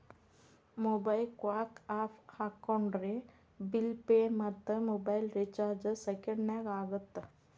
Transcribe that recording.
MobiKwik app ಹಾಕೊಂಡ್ರೆ bill pay ಮತ್ತ mobile recharge ಸೆಕೆಂಡನ್ಯಾಗ ಆಗತ್ತ